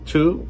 Two